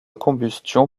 combustion